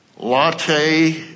Latte